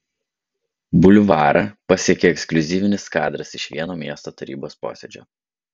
bulvarą pasiekė ekskliuzyvinis kadras iš vieno miesto tarybos posėdžio